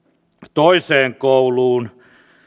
toiseen kouluun